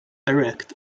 erect